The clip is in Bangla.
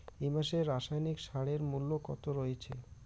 এই মাসে রাসায়নিক সারের মূল্য কত রয়েছে?